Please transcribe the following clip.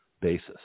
basis